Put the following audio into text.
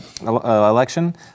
election